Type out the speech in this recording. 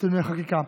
(תיקוני חקיקה),